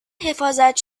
حفاظت